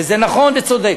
וזה נכון וצודק.